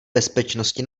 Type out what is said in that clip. bezpečnosti